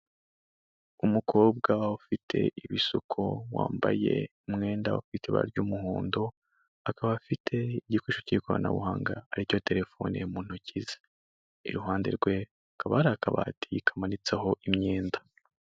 Umukobwa ufite ibisuko wambaye umwenda ufite ibara ry'umuhondo, akaba afite igikoresho cy'ikoranabuhanga, aricyo telefone mu ntoki ze, iruhande rwe hakaba hari akabati kamanitseho imyenda.